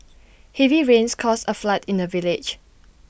heavy rains caused A flood in the village